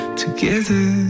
together